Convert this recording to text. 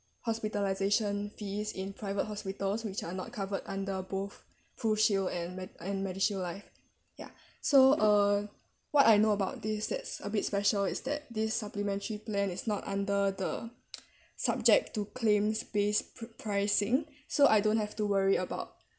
hospitalisation fees in private hospitals which are not covered under both prushield and me~ and MmediShield life ya so uh what I know about this that's a bit special is that this supplementary plan is not under the subject to claims based p~ pricing so I don't have to worry about